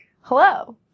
Hello